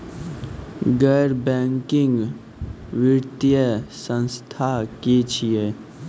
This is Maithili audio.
गैर बैंकिंग वित्तीय संस्था की छियै?